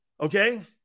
Okay